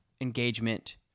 engagement